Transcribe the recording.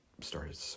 started